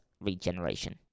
regeneration